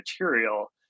material